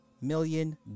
million